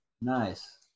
Nice